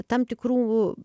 tam tikrų